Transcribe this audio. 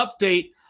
update